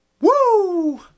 Woo